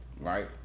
Right